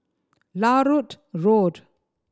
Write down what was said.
Larut Road